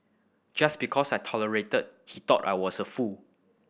just because I tolerated he thought I was a fool